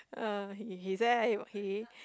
uh he he say he